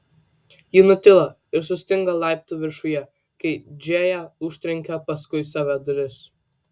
ji nutilo ir sustingo laiptų viršuje kai džėja užtrenkė paskui save duris